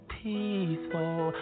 peaceful